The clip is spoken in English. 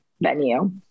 venue